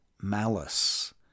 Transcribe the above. malice